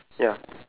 ya